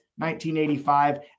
1985